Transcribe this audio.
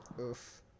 Oof